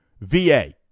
VA